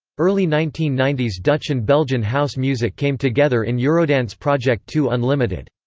early nineteen ninety s dutch and belgian house music came together in eurodance project two unlimited.